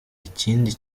ikindi